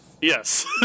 yes